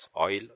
oil